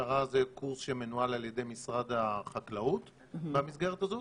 ההכשרה זה קורס שמנוהל על ידי משרד החקלאות במסגרת הזאת